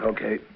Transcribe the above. Okay